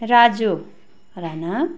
Raju Rana